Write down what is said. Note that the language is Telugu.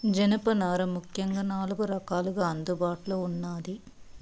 జనపనార ముఖ్యంగా నాలుగు రకాలుగా అందుబాటులో ఉన్నాది